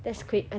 okay